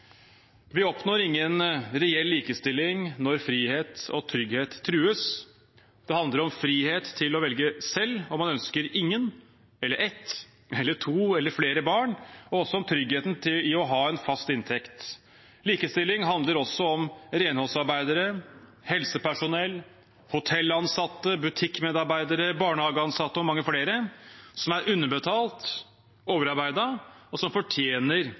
Vi oppnår ingen reell likestilling når frihet og trygghet trues. Det handler om frihet til å velge selv om man ønsker ingen, ett eller to eller flere barn, og også om tryggheten i å ha en fast inntekt. Likestilling handler også om renholdsarbeidere, helsepersonell, hotellansatte, butikkmedarbeidere, barnehageansatte og mange flere som er underbetalt, overarbeidet, og som fortjener